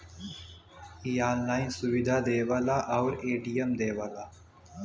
इ ऑनलाइन सुविधा देवला आउर ए.टी.एम देवला